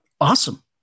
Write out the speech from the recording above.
awesome